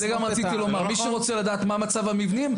זה עוד מה שרציתי לומר: מי שרוצה לדעת מה מצב המבנים,